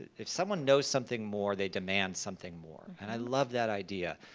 if someone knows something more, they demand something more. and i love that idea,